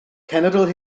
cenedl